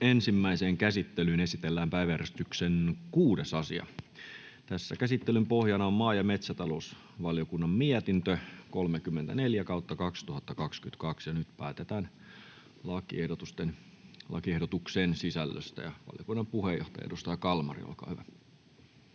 Ensimmäiseen käsittelyyn esitellään päiväjärjestyksen 6. asia. Käsittelyn pohjana on maa- ja metsätalousvaliokunnan mietintö MmVM 34/2022 vp. Nyt päätetään lakiehdotuksen sisällöstä. — Valiokunnan puheenjohtaja, edustaja Kalmari, olkaa hyvä.